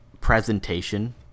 presentation